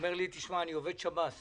ואמר לי שהוא עובד בשב"ס